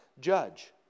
judge